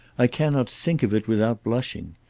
i cannot think of it without blushing.